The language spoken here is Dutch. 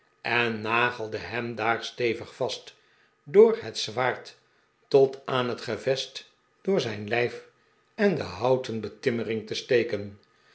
en nagelde hem daar stevig vast door het zwaard tot aan het gevest door zijn lijf en de houten betimmering te steken